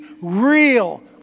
real